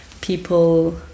people